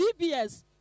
DBS